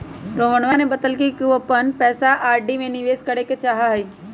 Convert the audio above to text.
रोहनवा ने बतल कई कि वह अपन पैसा आर.डी में निवेश करे ला चाहाह हई